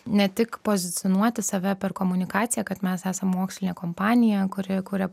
ne tik pozicionuoti save per komunikaciją kad mes esam mokslinė kompanija kuri kuria